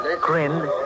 grin